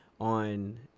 on